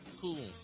Cool